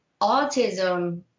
autism